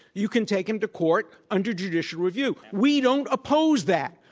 you can take him to court under judicial review. we don't oppose that.